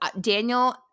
Daniel